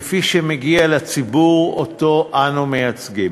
כפי שמגיע לציבור שאנו מייצגים.